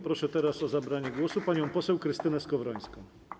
Proszę teraz o zabranie głosu panią poseł Krystynę Skowrońską.